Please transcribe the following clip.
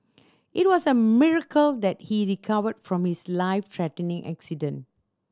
it was a miracle that he recovered from his life threatening accident